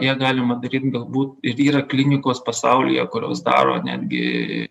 ją galima daryt galbūt ir yra klinikos pasaulyje kurios daro netgi